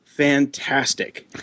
fantastic